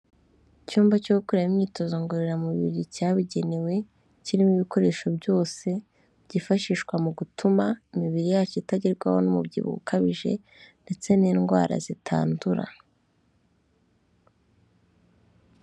Icyumba cyo gukoreramo imyitozo ngororamubiri cyabugenewe, kirimo ibikoresho byose, cyifashishwa mu gutuma imibiri yacu itagerwaho n'umubyibuho ukabije ndetse n'indwara zitandura.